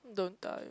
don't tell you